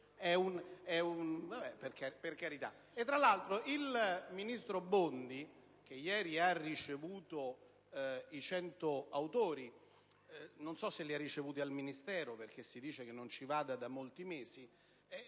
Tra l'altro, il ministro Bondi, che ieri ha ricevuto i 100 autori - non so se li ha ricevuti al Ministero, perché si dice che non ci vada da molti mesi